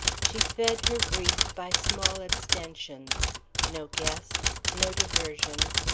she fed her grief by small abstentions no guests, no diversions,